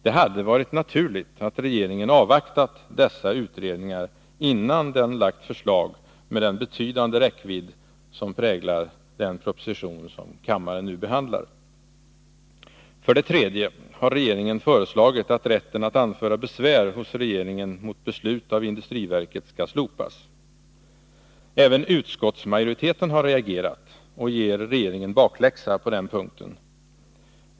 Det hade varit naturligt att regeringen avvaktat dessa utredningar innan den lade fram förslag med den betydande räckvidd som präglar den proposition som kammaren nu behandlar. För det tredje har regeringen föreslagit att rätten att anföra besvär hos regeringen mot beslut av industriverket skall slopas. Även utskottsmajoriteten har reagerat och ger regeringen bakläxa på den punkten.